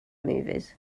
movies